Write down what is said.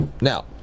Now